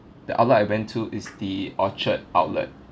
the outlet I went to is the orchard outlet